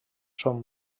són